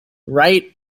wright